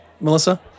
Melissa